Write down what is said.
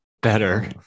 Better